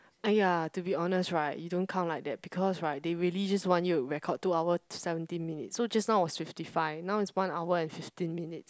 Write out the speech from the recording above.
!aiya! to be honest right you don't count like that because right they really want you to record two hours seventeen minutes so just now was fifty five now is one hour and fifteen minutes